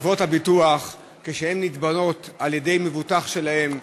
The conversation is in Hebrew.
כשחברות הביטוח נתבעות על-ידי מבוטח שלהן,